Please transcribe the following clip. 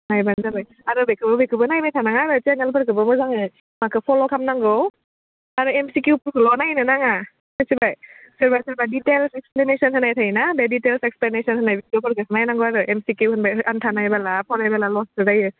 नायब्लानो जाबाय आरो बेखौबो बेखौबो नायबाय थानाङा आरो चेनेलफोरखौबो मोजाङै माखो फल' खामनांगौ आरो एमसिकिउफोरखौल' नायनो नाङा मिथिबाय सोरबा सोरबा डिटेल्स एक्सप्लेनेसन होनाय थायोना बे डिटेल्स एक्सप्लेनेसन होनाय भिडिअफोरखौसो नायनांगौ आरो एमसिकिउ होननाय आमथा नायबोला फरायबोला लससो जायो